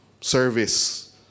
service